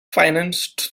financed